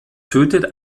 tötet